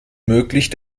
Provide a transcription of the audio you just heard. möglich